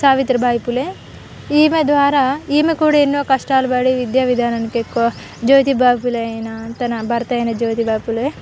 సావిత్ర బాయిపులే ఈమె ద్వారా ఈమె కూడా ఎన్నో కష్టాలు పడి విద్యా విధానానికి ఎక్కువ జ్యోతిబాపులేయినా అంతన భర్తయిన జ్యోతిబాపులే